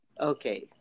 Okay